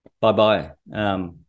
bye-bye